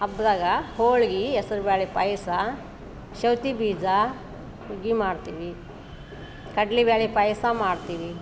ಹಬ್ದಾಗ ಹೋಳಿಗೆ ಹೆಸ್ರು ಬೇಳೆ ಪಾಯಸ ಸೌತಿ ಬೀಜ ಹುಗ್ಗಿ ಮಾಡ್ತೀವಿ ಕಡ್ಲೇ ಬೇಳೆ ಪಾಯಸ ಮಾಡ್ತೀವಿ